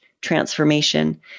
transformation